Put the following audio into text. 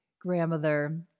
grandmother